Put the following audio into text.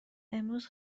امروز